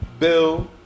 Bill